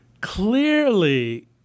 Clearly